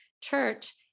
church